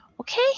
Okay